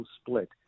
split